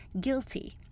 guilty